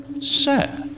Sir